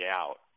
out